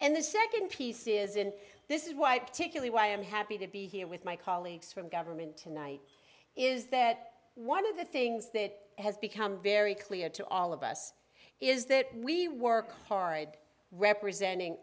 and the second piece is in this is why particularly why i'm happy to be here with my colleagues from government tonight is that one of the things that has become very clear to all of us is that we work hard representing